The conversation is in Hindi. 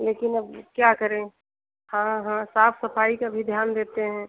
लेकिन अब क्या करें हाँ हाँ साफ सफाई का भी ध्यान देते हैं